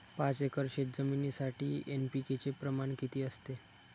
पाच एकर शेतजमिनीसाठी एन.पी.के चे प्रमाण किती असते?